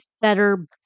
Better